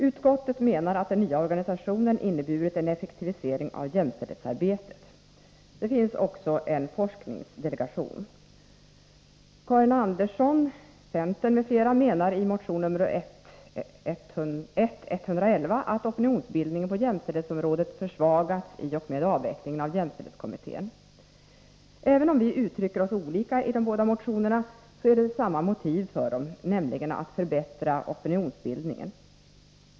Utskottet menar att den nya organisationen inneburit en effektivisering av jämställdhetsarbetet. Det finns också en forskningsdelegation. Även om vi uttrycker oss olika i de båda nämnda motionerna är det samma motiv för dem, nämligen en önskan att förbättra opinionsbildningen.